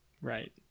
Right